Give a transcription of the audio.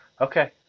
Okay